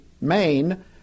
Maine